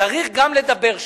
צריך גם לדבר שלום.